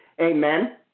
Amen